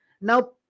now